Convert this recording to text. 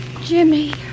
Jimmy